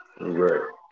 Right